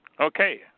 Okay